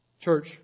Church